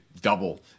double